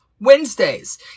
Wednesdays